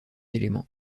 éléments